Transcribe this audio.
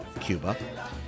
Cuba